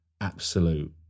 absolute